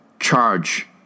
charge